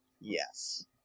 yes